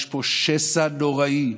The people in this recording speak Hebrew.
יש פה שסע נוראי,